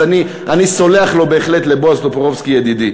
אז אני סולח לו בהחלט, לבועז טופורובסקי ידידי.